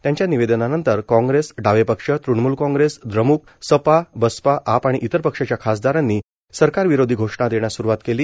त्यांच्या निवेदनानंतर कॉग्रेस डावे पक्ष तृणमूल कॉग्रेस द्रमुक सपा बसपा आप आणि इतर पक्षाच्या खासदारांनी सरकार विरोधी घोषणा देण्यास स्रुवात केली